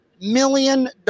million